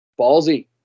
Ballsy